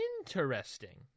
Interesting